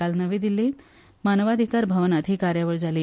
काल नवी दिल्ली मानवअधिकार भवनात ही कार्यावळ जाली